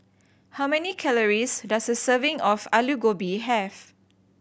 how many calories does a serving of Alu Gobi have